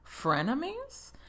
frenemies